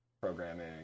programming